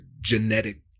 genetic